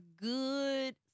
good